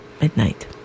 midnight